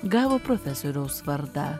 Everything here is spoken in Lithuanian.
gavo profesoriaus vardą